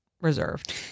reserved